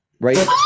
right